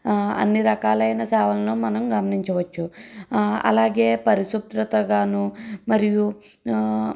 అన్నిరకాలైన సేవలని మనం గమనించవచ్చు అలాగే పరిశుభ్రతగాను మరియు